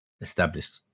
established